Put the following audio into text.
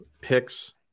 picks